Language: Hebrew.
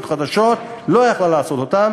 חדשות היא לא הייתה יכולה לעשות אותן,